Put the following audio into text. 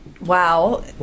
Wow